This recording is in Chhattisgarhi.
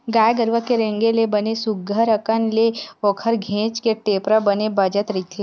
गाय गरुवा के रेगे ले बने सुग्घर अंकन ले ओखर घेंच के टेपरा बने बजत रहिथे